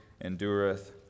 endureth